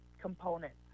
components